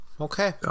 Okay